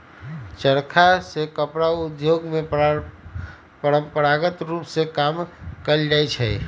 चरखा से कपड़ा उद्योग में परंपरागत रूप में काम कएल जाइ छै